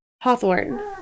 Hawthorne